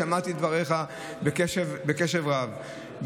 שמעתי את דבריך בקשב רב.